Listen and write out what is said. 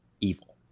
evil